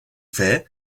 fer